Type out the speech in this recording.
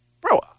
Bro